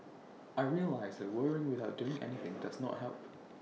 I realised that worrying without doing anything does not help